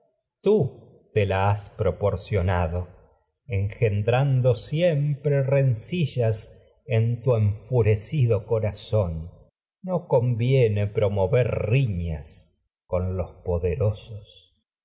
tú te la has proporcionado gendrando siempre rencillas en tu enfurecido corazón no conviene promover riñas con los poderosos